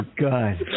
God